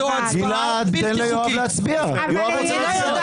כי זו מבחינתנו השאלה המרכזית שעומדת על הפרק וההצעה לא נותנת לה מענה.